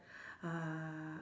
uh